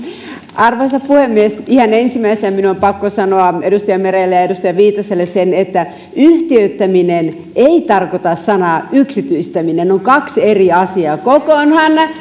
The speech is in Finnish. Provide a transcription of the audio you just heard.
arvoisa puhemies ihan ensimmäisenä minun on pakko sanoa edustaja merelle ja edustaja viitaselle se että yhtiöittäminen ei tarkoita sanaa yksityistäminen ne ovat kaksi kokonaan eri asiaa